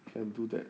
can do that